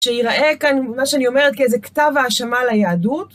שיראה כאן, מה שאני אומרת, כאיזה כתב האשמה ליהדות.